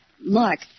Mark